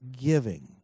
giving